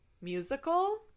musical